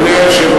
ליציע